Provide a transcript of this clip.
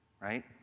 right